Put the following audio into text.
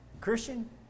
Christian